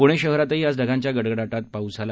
पुणे शहरातही आज ढगांच्या गडगडाटात पाऊस झाला